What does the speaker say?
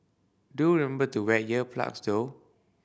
do remember to wear ear plugs though